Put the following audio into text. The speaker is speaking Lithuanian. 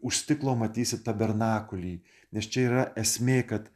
už stiklo matysi tabernakulį nes čia yra esmė kad